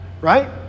right